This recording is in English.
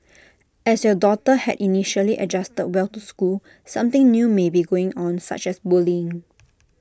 as your daughter had initially adjusted well to school something new may be going on such as bullying